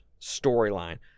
storyline